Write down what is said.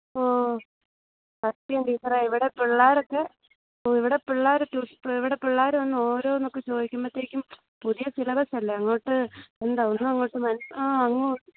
ഓ സത്യം ടീച്ചറേ ഇവിടെ പിള്ളേരൊക്കെ ഓ ഇവിടെ പിള്ളേർ ഇവിടെ പിള്ളേർ വന്ന് ഓരോന്നക്കെ ചോയ്ക്കുമ്പഴത്തേക്കും പുതിയ സിലബസ്സ് അല്ലെ അങ്ങോട്ട് എന്താ ഒന്നും അങ്ങോട്ട് മനസ്സിലാ ആ അങ്ങ്